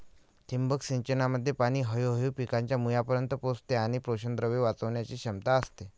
ठिबक सिंचनामध्ये पाणी हळूहळू पिकांच्या मुळांपर्यंत पोहोचते आणि पोषकद्रव्ये वाचवण्याची क्षमता असते